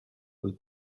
will